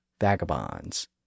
vagabonds